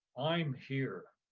i'm here,